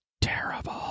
terrible